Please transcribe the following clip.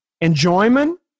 Enjoyment